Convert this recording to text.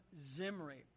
Zimri